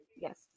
Yes